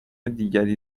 دیگری